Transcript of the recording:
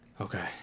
Okay